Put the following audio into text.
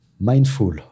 Mindful